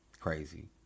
crazy